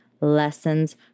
lessons